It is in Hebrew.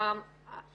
יש